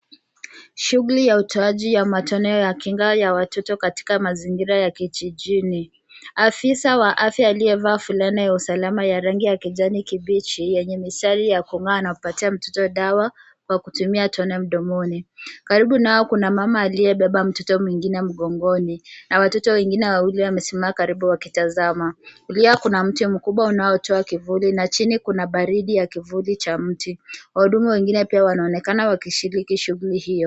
Shughuli ya utoaji ya matone ya kinga ya watoto katika mazingira ya kijijini afisa wa afya aliyevaa fulana ya usalama ya rangi ya kijani kibichi yenye mistari ya kung'aa anapatia mtoto dawa kwa kitumia tone mdomoni , karibu nao kuna mama akiyebeba mtoto mwingine mgongoni na watoto wengine wawili wamesimama karibu wakitazama. Pia kuna mti mkubwa unaotoa kivuli na chini kuna baridi ya kivuli cha mti, wahudumu wengine pia wanaonekana wakishiriki shughuli hiyo.